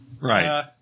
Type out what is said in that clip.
Right